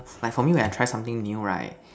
like for me when I try something new right